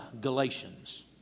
Galatians